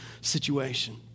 situation